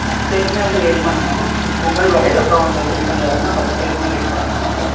பத்து பேருக்குமே வந்து ரெடி பண்ணணும் பொங்கல் வடை அப்புறம் இந்த குழிப்பணியாரம்னால் பத்து பேருக்குமே ரெடி பண்ணணும்